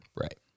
Right